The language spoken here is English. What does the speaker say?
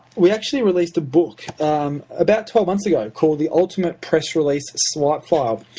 we actually released a book about twelve months ago called the ultimate press release swipe file,